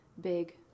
big